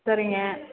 சரிங்க